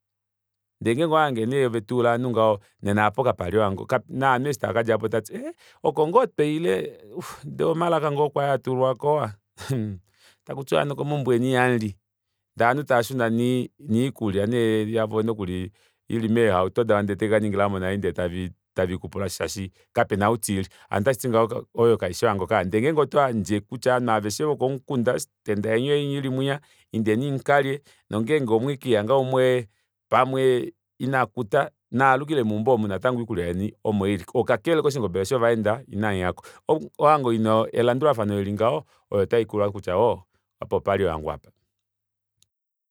Ndee ngenge nee owahange nee oove tuula anhu ngaho nena aapo kapali ohango novanhu eshi taakadja aako otavati ee okongoo twaile ndee omalaka ngoo kwali hatuulwa aako waa umm takutiwa hano komaumbo eni ihamuli ndee ovanhu tava shuna noikulya yavo nokuli ili meehauto davo taikaningilamo nai shaashi kapena ou teili hano otashiti oyo kaifi ohango ndee ngenge otoyandje kutya ovanhu aveshe vokomukunda otenda yeni oyeyinya ili mwinya indeni mukalye nongenge omwekiihanga pamwe umwe inakuta naalukile meumbo omu natango oikulya yeni omo ili kakele koshingobele shovaenda inamuyako ohango ina elandulafano lili ngaho oyo tayiifanwa kutya ooho apa opali ohango aapa